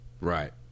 right